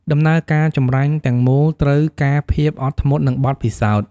ដំណើរការចម្រាញ់ទាំងមូលត្រូវការភាពអត់ធ្មត់ និងបទពិសោធន៍។